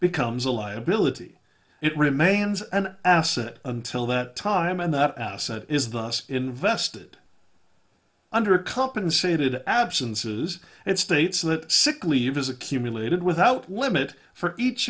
becomes a liability it remains an asset until that time and that asset is thus invested under compensated absences it states that sick leave is accumulated without limit for each